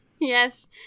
Yes